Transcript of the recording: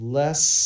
less